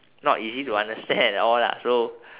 not easy to understand at all lah so